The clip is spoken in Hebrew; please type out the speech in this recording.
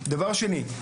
דבר שני,